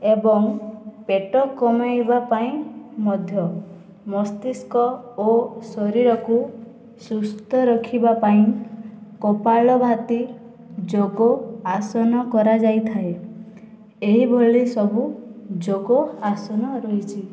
ଏବଂ ପେଟ କମାଇବା ପାଇଁ ମଧ୍ୟ ମସ୍ତିଷ୍କ ଓ ଶରୀରକୁ ସୁସ୍ଥ ରଖିବା ପାଇଁ କପାଳଭାତି ଯୋଗ ଆସନ କରାଯାଇଥାଏ ଏହିଭଳି ସବୁ ଯୋଗ ଆସନ ରହିଛି